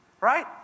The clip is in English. Right